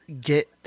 get